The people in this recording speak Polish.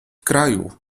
kraju